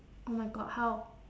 oh my god how